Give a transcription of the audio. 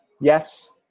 Yes